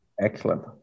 Excellent